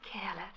careless